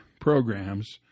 programs –